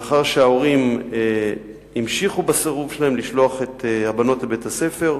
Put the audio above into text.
מאחר שההורים המשיכו בסירוב שלהם לשלוח את הבנות לבית-הספר,